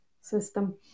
system